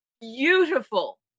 beautiful